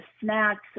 snacks